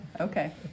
Okay